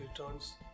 returns